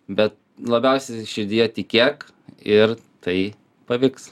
bet labiausiai širdyje tikėk ir tai pavyks